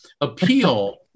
appeal